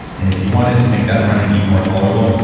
and if you wanted to make that running even more tolerable,